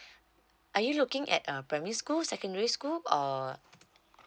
are you looking at um primary school secondary school or